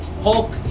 hulk